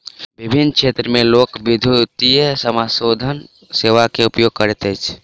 विभिन्न क्षेत्र में लोक, विद्युतीय समाशोधन सेवा के उपयोग करैत अछि